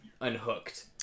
unhooked